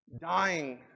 dying